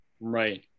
right